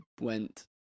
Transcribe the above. went